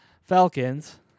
Falcons